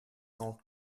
cent